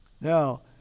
Now